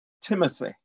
Timothy